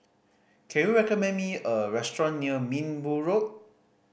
can you recommend me a restaurant near Minbu Road